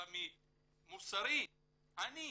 אלא ממוסרי --- שכנעת.